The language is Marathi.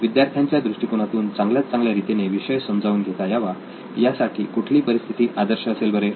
विद्यार्थ्यांच्या दृष्टिकोनातून चांगल्यात चांगल्या रीतीने विषय समजावून घेता यावा यासाठी कुठली परिस्थिती आदर्श असेल बरे